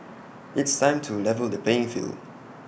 it's time to level the playing field